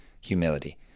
humility